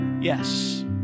yes